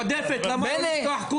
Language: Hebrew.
זה לא הדיון הראשון, לא השני ולא החמישי.